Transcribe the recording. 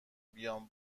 بیام